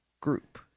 group